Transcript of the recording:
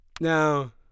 now